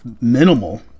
minimal